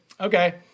okay